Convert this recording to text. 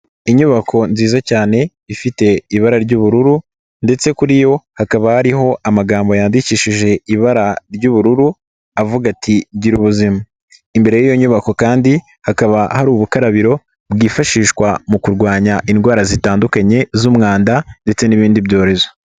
Inyubako nziza cyane, ifite ibara ry'ubururu ndetse kuri yo hakaba hariho amagambo yandikishije ibara ry'ubururu avuga ati "gira ubuzima", imbere y'iyo nyubako kandi hakaba hari ubukarabiro bwifashishwa mu kurwanya indwara zitandukanye z'umwanda ndetse n'ibindi byorezo.